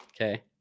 Okay